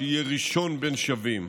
שיהיה ראשון בין שווים,